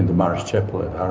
marsh chapel at